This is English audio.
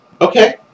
Okay